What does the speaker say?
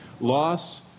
loss